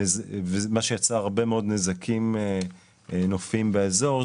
מה שיצר הרבה מאוד נזקים נופיים באזור,